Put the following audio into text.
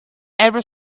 ever